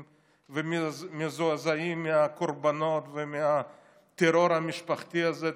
ומזועזעים מהקורבנות ומהטרור המשפחתי הזה,